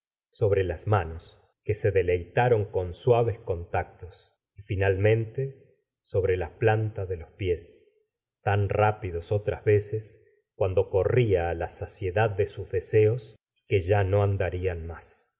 sobre las manos que se deleitaron con suaves contactos y finalmente sobre la planta de los pies tan rápidos otras veces cuando corría á la saciedad de sus deseos y que ya no andarían más